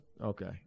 Okay